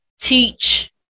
teach